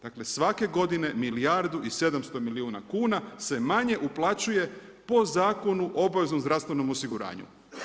Dakle, svake godine milijardu i 700 milijuna kuna se manje uplaćuje po Zakonu o obaveznom zdravstvenom osiguranju.